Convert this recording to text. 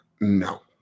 no